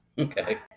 Okay